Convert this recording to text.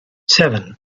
seven